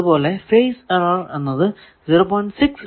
അതുപോലെ phase error എന്നത് 0